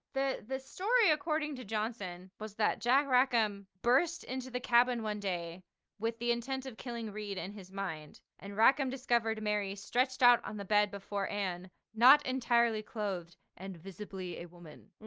the, the story according to johnson was that jack rackham burst into the cabin one day with the intent of killing read in his mind and rackham, discovered mary stretched out on the bed before and not entirely clothed and visibly a woman,